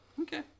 okay